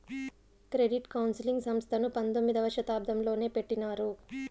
credit counselling సంస్థను పంతొమ్మిదవ శతాబ్దంలోనే పెట్టినారు